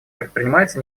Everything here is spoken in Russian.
предпринимается